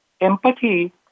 Empathy